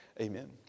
Amen